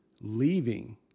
leaving